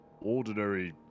ordinary